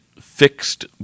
fixed